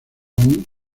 muy